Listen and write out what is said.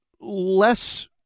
less-